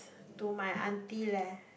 to my auntie leh